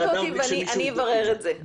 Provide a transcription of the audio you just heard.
סקרנת אותי, ואני אברר את זה.